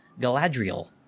Galadriel